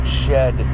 shed